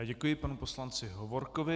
Děkuji panu poslanci Hovorkovi.